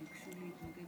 חברות וחברי הכנסת,